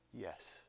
Yes